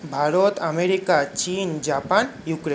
Bharat America চীন Japan Ukraine